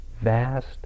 vast